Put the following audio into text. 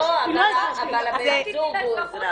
אבל בן הזוג הוא אזרח.